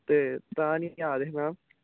ते तां निं आ दे हे मैम